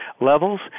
levels